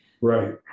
Right